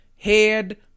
Head